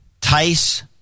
Tice